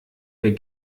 mir